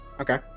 Okay